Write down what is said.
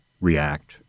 react